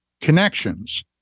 connections